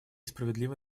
справедливо